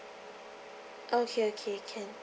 okay okay can